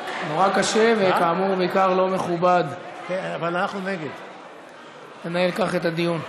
קשה, וכאמור, בעיקר לא מכובד לנהל כך את הדיון.